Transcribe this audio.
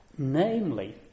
Namely